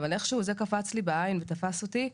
אבל איכשהו זה קפץ לי בעין ותפס אותי,